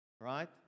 right